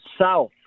south